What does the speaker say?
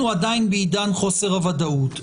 שאתם עדיין בעידן חוסר הוודאות,